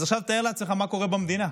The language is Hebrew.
אז עכשיו תאר לעצמך מה קורה במדינה.